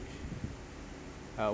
uh